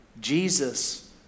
Jesus